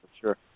sure